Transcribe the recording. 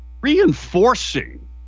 reinforcing